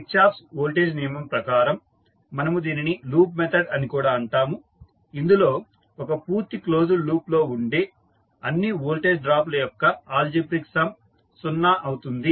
Kirchhoff's voltage నియమం ప్రకారం మనము దీనిని లూప్ మెథడ్ అని కూడా అంటాము ఇందులో ఒక పూర్తి క్లోజ్డ్ లూప్ లో ఉండే అన్ని వోల్టేజ్ డ్రాప్ ల యొక్క అల్జీబ్రిక్ సమ్ సున్నా అవుతుంది